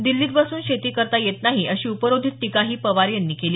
दिल्लीत बसून शेती करता येत नाही अशी उपरोधिक टीकाही पवार यांनी केली